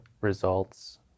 results